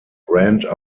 brand